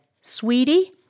Sweetie